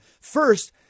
First